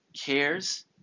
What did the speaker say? cares